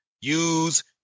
use